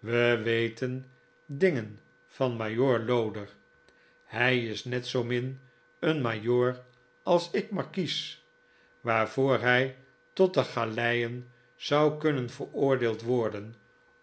we weten dingen van majoor loder hij is net zoo min een majoor als ik markies waarvoor hij tot de galeien zou kunnen veroordeeld worden